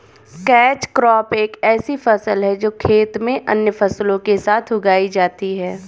catch crop एक ऐसी फसल है जो खेत में अन्य फसलों के साथ उगाई जाती है